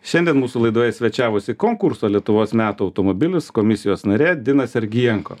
šiandien mūsų laidoje svečiavosi konkurso lietuvos metų automobilis komisijos narė dina sergienko